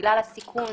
בגלל הסיכון